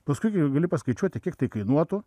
paskui gi gali paskaičiuoti kiek tai kainuotų